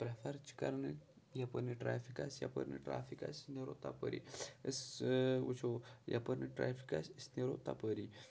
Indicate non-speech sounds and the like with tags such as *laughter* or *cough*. prefer چھِ کَران *unintelligible* یَپٲرۍ نہٕ ٹرٛیفِک آسہِ یپٲرۍ نہٕ ٹرٛافِک آسہِ أسۍ نیرو تَپٲری أسۍ وٕچھو یَپٲرۍ نہٕ ٹرٛیفِک آسہِ أسۍ نیرو تَپٲری